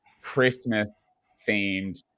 Christmas-themed